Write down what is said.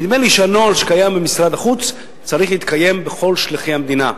נדמה לי שהנוהל שקיים במשרד החוץ צריך להתקיים בכל שליחי המדינה.